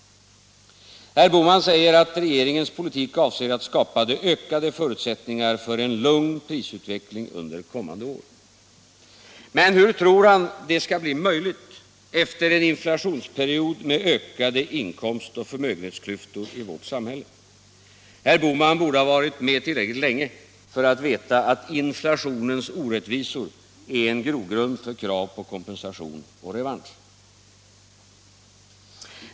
Herr Bohman säger att regeringens politik avser att skapa ökade förutsättningar för en lugn prisutveckling under kommande år. Men hur tror han det skall bli möjligt efter en inflationsperiod med ökade inkomstoch förmögenhetsklyftor i vårt samhälle? Herr Bohman borde ha varit med tillräckligt länge för att veta att inflationens orättvisor är en grogrund för krav på kompensation och revansch.